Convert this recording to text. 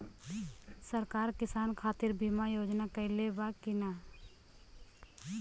सरकार किसान खातिर बीमा योजना लागू कईले बा की ना?